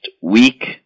week